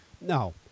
No